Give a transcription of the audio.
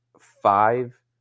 five